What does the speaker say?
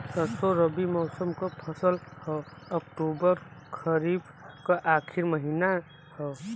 सरसो रबी मौसम क फसल हव अक्टूबर खरीफ क आखिर महीना हव